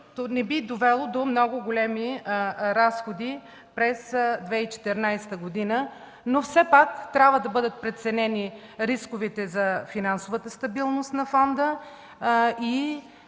не би довело до много големи разходи през 2014 г. Все пак трябва да бъдат преценени рисковете за финансовата стабилност на фонда и